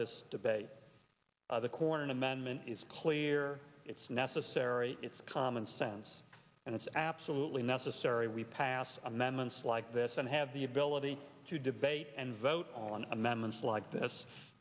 this debate the corn amendment is clear it's necessary it's common sense and it's absolutely necessary we pass amendments like this and have the ability to debate and vote on amendments like this